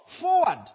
forward